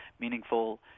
meaningful